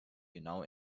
genau